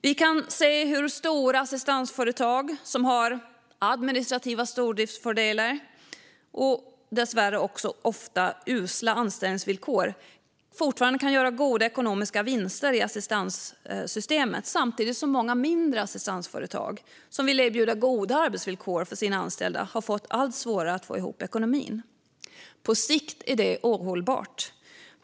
Vi kan se hur stora assistansföretag med administrativa stordriftsfördelar och dessvärre ofta usla anställningsvillkor kan fortsätta göra goda ekonomiska vinster samtidigt som många mindre assistansföretag, som vill erbjuda goda villkor för sina anställda, får allt svårare att få ekonomin att gå ihop. På sikt är det ohållbart.